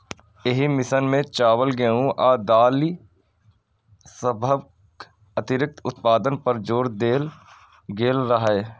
एहि मिशन मे चावल, गेहूं आ दालि सभक अतिरिक्त उत्पादन पर जोर देल गेल रहै